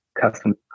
custom